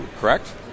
correct